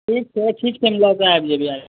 ठीकछै ठीकछै हम लयके आबि जेबय